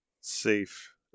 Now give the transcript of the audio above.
safe